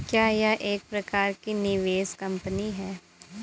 क्या यह एक प्रकार की निवेश कंपनी है?